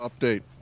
Update